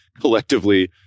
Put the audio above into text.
collectively